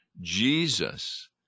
Jesus